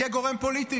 יהיה גורם פוליטי,